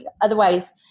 Otherwise